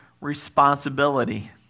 responsibility